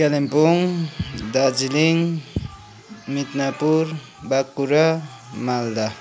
Kalimpong Darjeeling Midnapore Bankura Malda